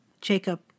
Jacob